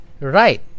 right